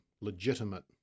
legitimate